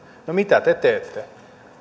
no mitä te teette